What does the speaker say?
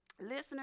listeners